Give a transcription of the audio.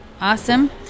awesome